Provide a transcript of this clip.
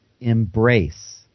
Embrace